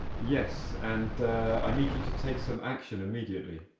yes, and i need you to take some action immediately.